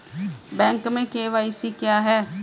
Bank में KYC क्या है?